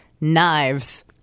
knives